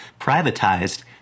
privatized